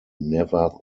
never